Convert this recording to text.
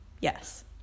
Yes